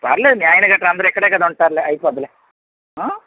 పర్లేదు మీ ఆయన గట్రా అందరూ ఇక్కడే కదా ఉంటారులే అయిపోతుందిలే ఆ